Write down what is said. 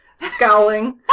scowling